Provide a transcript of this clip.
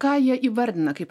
ką jie įvardina kaip